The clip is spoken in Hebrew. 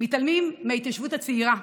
מתעלמים מההתיישבות הצעירה,